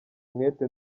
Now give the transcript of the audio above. umwete